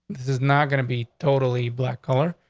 this is not gonna be totally black color.